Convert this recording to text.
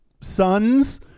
sons